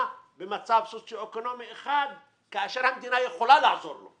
במצב סוציו אקונומי 1 כאשר המדינה יכולה לעזור לו.